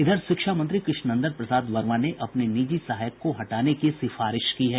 इधर शिक्षा मंत्री कृष्णनंदन प्रसाद वर्मा ने अपने निजी सहायक को हटाने की सिफारिश की है